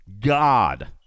God